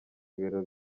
ibibero